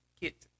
kit